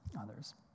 others